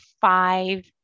five